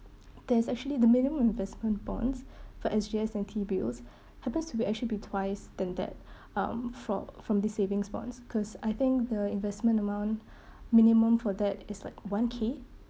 there is actually the minimum investment bonds for S_G_S and T bills happens to be actually be twice than that um fro~ from the savings bonds because I think the investment amount minimum for that is like one K